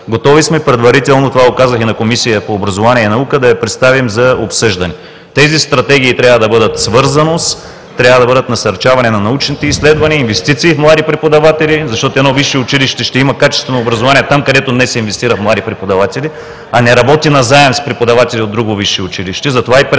за обсъждане – това го казах и в Комисията по образованието и науката. В тези стратегии трябва да бъдат: свързаност, трябва да бъдат насърчаване на научните изследвания, инвестиции в млади преподаватели, защото едно висше училище ще има качествено образование там, където днес се инвестира в млади преподаватели, а не работи с преподаватели назаем от друго висше училище.